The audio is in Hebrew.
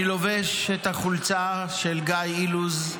אני לובש את החולצה של גיא אילוז,